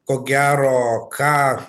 ko gero ką